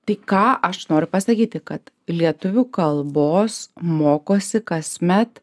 tai ką aš noriu pasakyti kad lietuvių kalbos mokosi kasmet